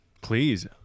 please